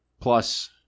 plus